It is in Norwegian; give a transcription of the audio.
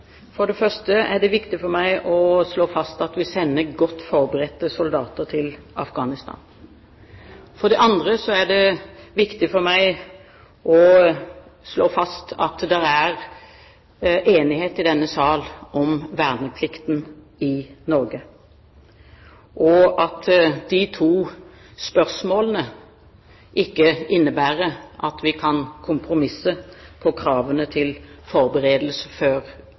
For det første er det viktig for meg å slå fast at vi sender godt forberedte soldater til Afghanistan, og for det andre er det viktig for meg å slå fast at det er enighet i denne sal om verneplikten i Norge, og at de to spørsmålene ikke innebærer at vi kan kompromisse på kravene til forberedelse før